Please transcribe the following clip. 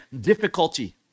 Difficulty